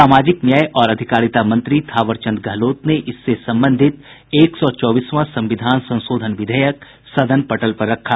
सामाजिक न्याय और अधिकारिता मंत्री थावरचंद गहलोत ने इससे संबंधित एक सौ चौबीसवां संविधान संशोधन विधेयक सदन पटल पर रखा